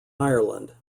ireland